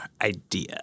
idea